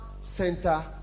center